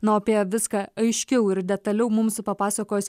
na o apie viską aiškiau ir detaliau mums papasakos